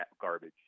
garbage